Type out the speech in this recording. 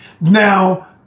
Now